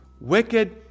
Wicked